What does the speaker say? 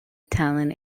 tallinn